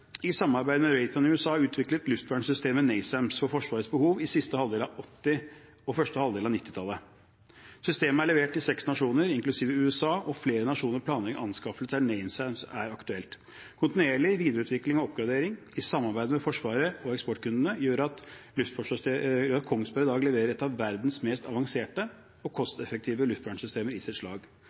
i samarbeid med Raytheon i USA har utviklet luftvernsystemet NASAMS for Forsvarets behov i siste halvdel av 1980- og første halvdel av 1990-tallet. Systemet er levert til seks nasjoner, inklusive USA, og flere nasjoner planlegger anskaffelser der NASAMS er aktuelt. Kontinuerlig videreutvikling og oppgradering i samarbeid med Forsvaret og eksportkundene gjør at Kongsberg i dag leverer et av verdens mest avanserte og kosteffektive luftvernsystemer i sitt slag.